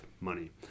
money